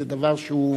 זה דבר שהוא,